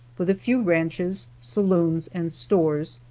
with a few ranches, saloons and stores,